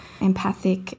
empathic